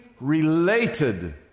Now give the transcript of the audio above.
related